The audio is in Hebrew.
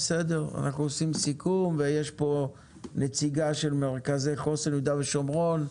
נעשה סיכום ויש פה נציגה של מרכזי חוסן יהודה ושומרון,